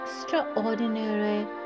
extraordinary